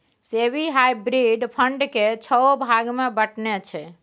SEBI hybrid fund केँ छओ भाग मे बँटने छै